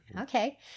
Okay